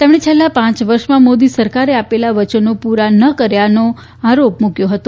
તેમણે છેલ્લાં પાંચ વર્ષમાં મોદી સરકારે આપેલાં વચનો પ્રરાં ન કર્યાનો આરોપ મૂક્યો હતો